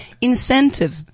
incentive